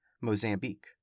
Mozambique